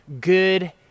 Good